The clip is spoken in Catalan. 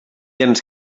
ens